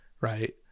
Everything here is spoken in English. right